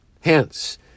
Hence